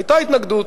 היתה התנגדות.